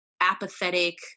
apathetic